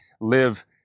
live